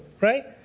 right